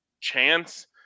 chance